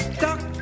duck